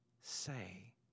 say